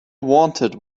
wanted